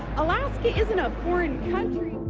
alaska isn't a foreign country.